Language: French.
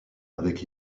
avec